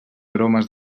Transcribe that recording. aromes